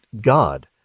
God